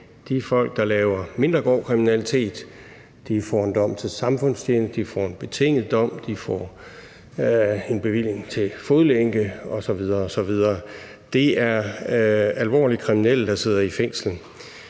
De folk, der begår mindre grov kriminalitet, får en dom med samfundstjeneste, de får en betinget dom, de får en dom med fodlænke osv. osv. Det er alvorligt kriminelle, der sidder i fængsel.